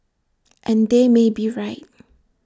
and they may be right